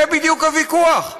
זה בדיוק הוויכוח.